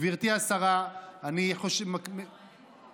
גברתי השרה, אני חושב, אני פה כדי להשיב.